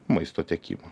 maisto tiekimo